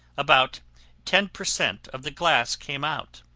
about ten percent of the glass came out.